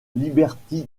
liberty